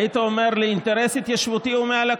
והיית אומר לי שהאינטרס ההתיישבותי הוא מעל הכול.